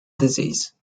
disease